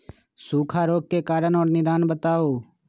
सूखा रोग के कारण और निदान बताऊ?